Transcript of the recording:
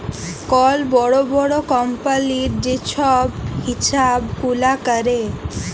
call বড় বড় কম্পালির যে ছব হিছাব গুলা ক্যরে